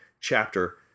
chapter